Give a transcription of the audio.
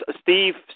Steve